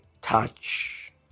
touch